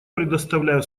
предоставляю